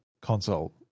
console